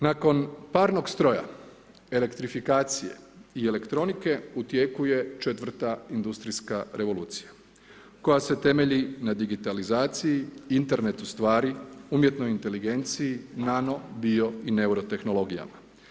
Nakon parnog stroja, elektrifikacije i elektronike u tijeku je četvrta industrijska revolucija koja se temelji na digitalizaciji, internetu stvari, umjetnoj inteligenciji, nano, bio i neuro tehnologijama.